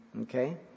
Okay